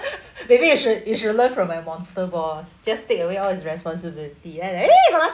maybe you should you should learn from my monster boss just take away all his responsibility and